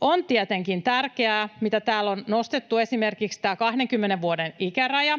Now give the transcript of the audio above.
On tietenkin tärkeää, mikä täällä on nostettu, esimerkiksi tämä 20 vuoden ikäraja,